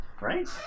Right